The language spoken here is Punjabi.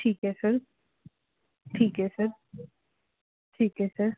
ਠੀਕ ਹੈ ਸਰ ਠੀਕ ਹੈ ਸਰ ਠੀਕ ਹੈ ਸਰ